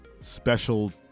special